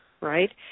Right